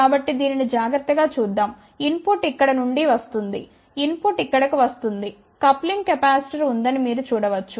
కాబట్టి దీనిని జాగ్రత్తగా చూద్దాం ఇన్ పుట్ ఇక్కడ నుండి వస్తోంది ఇన్ పుట్ ఇక్కడకు వస్తున్నప్పుడు కప్లింగ్ కెపాసిటర్ ఉందని మీరు చూడవచ్చు